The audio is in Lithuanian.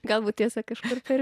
galbūt tiesa kažkur per